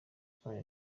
kandi